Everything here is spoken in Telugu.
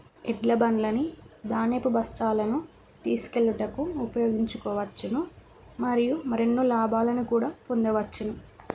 ఎడ్ల బండ్లని ధాన్యపు బస్తాలను తీసుకుని వెళ్ళటానికి ఉపయోగించుకోవచ్చును మరియు మరెన్నో లాభాలను కూడా పొందవచ్చును